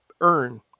earn